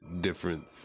different